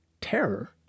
terror